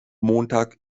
montag